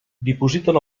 dipositen